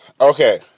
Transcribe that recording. Okay